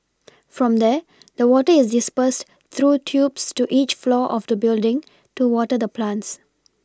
from there the water is dispersed through tubes to each floor of the building to water the plants